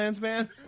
man